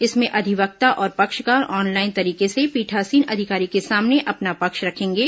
इसमें अधिवक्ता और पक्षकार ऑनलाइन तरीके से पीठासीन अधिकारी के सामने अपना पक्ष रखेंगे